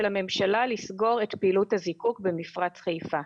הממשלה לסגור את פעילות הזיקוק במפרץ חיפה.